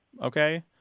okay